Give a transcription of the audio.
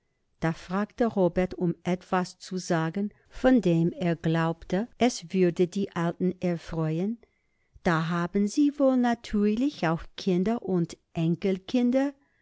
da fragte robert um etwas zu sagen von dem er glaubte es würde die alten erfreuen da haben sie wohl natürlich auch kinder und enkelkinder